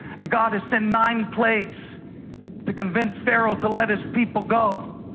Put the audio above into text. and god has sent nine plagues to convince pharaoh to let his people go.